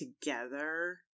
together